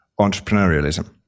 entrepreneurialism